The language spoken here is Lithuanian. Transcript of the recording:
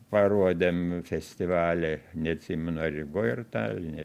parodėm festivaly neatsimenu ar rygoj ar taline